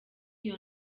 iyo